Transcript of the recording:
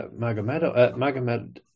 Magomed